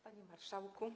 Panie Marszałku!